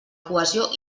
cohesió